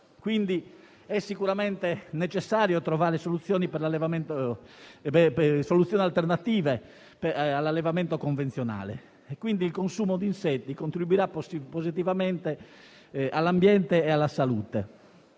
ed è sicuramente necessario trovare soluzioni alternative all'allevamento convenzionale. Il consumo di insetti contribuirà quindi positivamente alla tutela dell'ambiente e della salute.